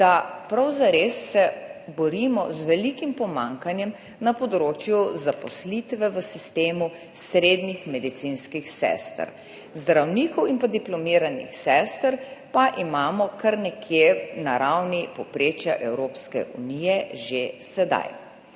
prav zares borimo z velikim pomanjkanjem na področju zaposlitve v sistemu srednjih medicinskih sester. Zdravnikov in diplomiranih sester pa imamo kar nekje na ravni povprečja Evropske unije že sedaj.